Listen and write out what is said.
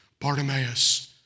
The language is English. Bartimaeus